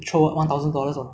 ya because I got it already mah